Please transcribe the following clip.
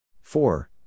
Four